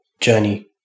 journey